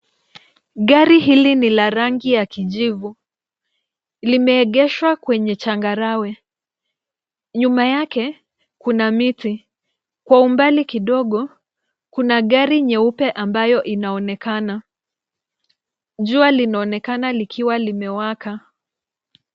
Gari hili ni la rangi ya kijivu. Limeegeshwa kwenye changarawe. Nyuma yake kuna miti, kwa umbali kidogo kuna gari nyeupe ambayo inaonekana. Jua linaonekana likiwa linawaka.